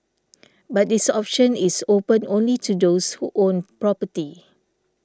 but this option is open only to those who own property